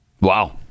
wow